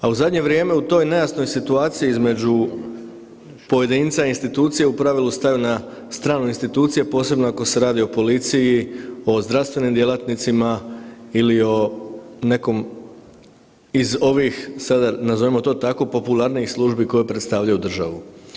A u zadnje vrijeme u toj nejasnoj situaciji između pojedinca i institucije u pravilu staju na stranu institucije posebno ako se radi o policiji o zdravstvenim djelatnicima ili o nekom iz ovih sada nazovimo to tako popularnijih službi koje predstavljaju državu.